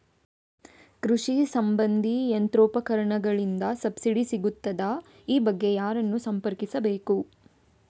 ಕೃಷಿ ಸಂಬಂಧಿ ಯಂತ್ರೋಪಕರಣಗಳಿಗೆ ಸಬ್ಸಿಡಿ ಸಿಗುತ್ತದಾ? ಈ ಬಗ್ಗೆ ಯಾರನ್ನು ಸಂಪರ್ಕಿಸಬೇಕು?